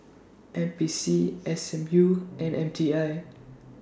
N P C S M U and M T I